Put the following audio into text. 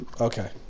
Okay